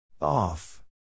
Off